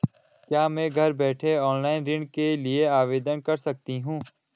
क्या मैं घर बैठे ऑनलाइन ऋण के लिए आवेदन कर सकती हूँ?